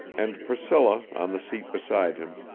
and priscilla, on the seat beside him,